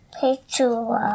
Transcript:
picture